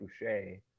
Boucher